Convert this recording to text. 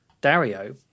Dario